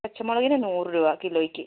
പച്ചമുളകിന് നൂറ് രൂപ കിലോയ്ക്ക്